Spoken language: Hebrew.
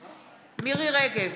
מירי מרים רגב,